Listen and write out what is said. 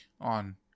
on